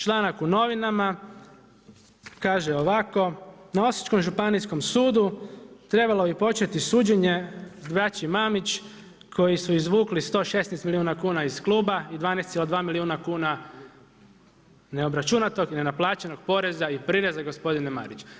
Članak u novinama, kaže ovako: „Na osječkom Županijskom sudu trebalo bi početi suđenje braći Mamić koji su izvukli 116 milijuna kuna iz kluba i 12,2 milijuna kuna neobračunatog i nenaplaćenog poreza i prireza“ gospodine Marić.